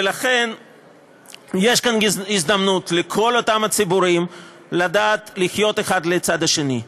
ולכן יש כאן הזדמנות לכל אותם הציבורים לדעת לחיות אחד לצד השני,